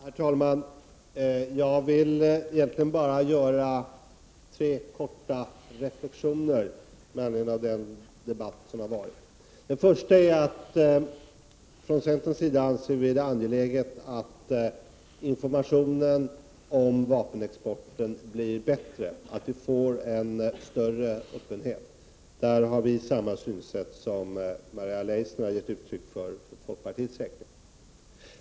Herr talman! Jag vill egentligen bara göra tre korta reflexioner med anledning av den debatt som har förts. Den första är att vi från centerns sida anser att det är angeläget att informationen om vapenexporten blir bättre och att. vi får en större öppenhet. Där har vi samma synsätt som Maria Leissner för folkpartiets räkning har gett uttryck för.